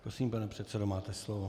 Prosím, pane předsedo, máte slovo.